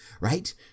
right